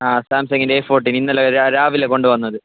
ആ സാംസങിൻ്റെ A fourteen ഇന്നലെ രാ രാവിലെ കൊണ്ട് വന്നത്